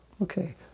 Okay